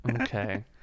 Okay